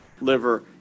liver